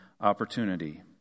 opportunity